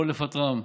או לפטרם.